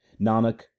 nanak